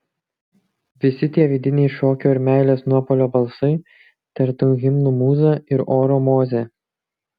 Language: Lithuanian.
visi tie vidiniai šokio ir meilės nuopuolio balsai tartum himnų mūza ir oro mozė